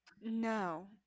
no